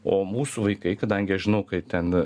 o mūsų vaikai kadangi aš žinau kaip ten